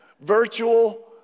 Virtual